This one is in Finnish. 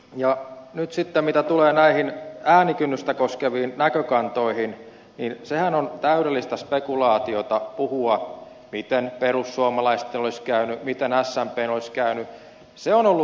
mitä nyt sitten tulee näihin äänikynnystä koskeviin näkökantoihin sehän on täydellistä spekulaatiota puhua miten perussuomalaisten olisi käynyt miten smpn olisi käynyt